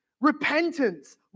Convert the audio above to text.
repentance